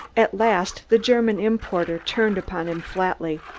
at last the german importer turned upon him flatly.